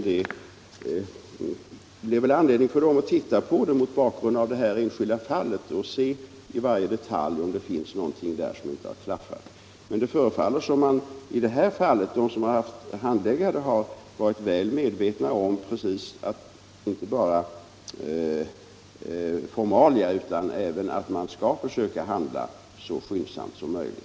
Ja, det blir väl anledning för den att mot bakgrunden av det här enskilda fallet undersöka varje detalj för att se om det finns någonting där som inte har klaffat. Men det förefaller som om de som har haft att handlägga det här fallet har varit väl medvetna inte bara om formalia utan också om att man skall försöka handla så skyndsamt som möjligt.